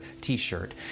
t-shirt